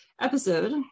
episode